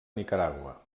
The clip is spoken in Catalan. nicaragua